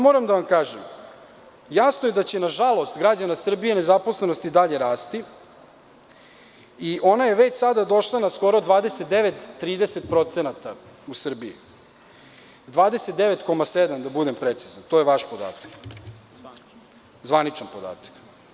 Moram da vam kažem, jasno je da će na žalost građana Srbije nezaposlenost i dalje rasti i ona je već sada došla na skoro 29, 30% u Srbiji, da budem precizan 29,7 to je vaš zvaničan podatak.